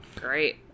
Great